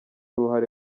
uruhare